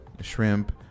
shrimp